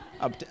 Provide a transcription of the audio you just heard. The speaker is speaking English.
up